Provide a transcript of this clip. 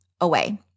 away